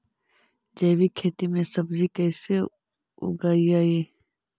जैविक खेती में सब्जी कैसे उगइअई?